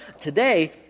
Today